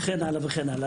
וכן הלאה.